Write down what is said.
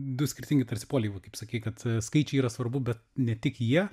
du skirtingi tarsi poliai va kaip sakei kad skaičiai yra svarbu bet ne tik jie